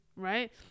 right